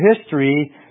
history